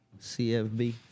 CFB